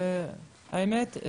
האמת,